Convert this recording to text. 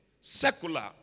secular